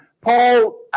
Paul